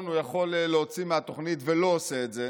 הוא יכול להוציא מהתוכנית ולא עושה את זה.